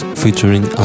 featuring